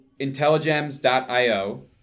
intelligems.io